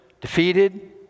defeated